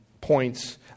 points